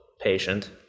patient